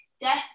death